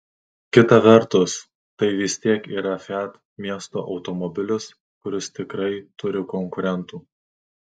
kita vertus tai vis tiek yra fiat miesto automobilis kuris tikrai turi konkurentų